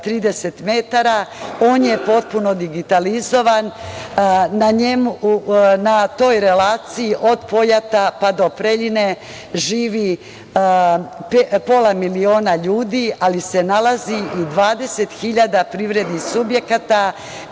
30 metara. On je potpuno digitalizovan. Na toj relaciji od Pojata do Preljine živi pola miliona ljudi, ali se nalazi i 20.000 privrednih subjekata